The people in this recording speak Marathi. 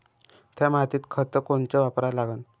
थ्या मातीत खतं कोनचे वापरा लागन?